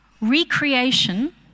recreation